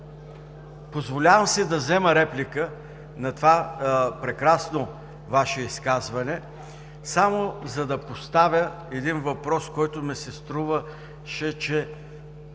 позволявам си да взема реплика на това прекрасно Ваше изказване, само за да поставя един въпрос, който ми се струваше, че